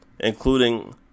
Including